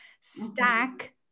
stack